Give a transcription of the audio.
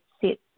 sit